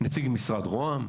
נציג משרד רה"מ,